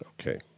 Okay